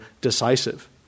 decisive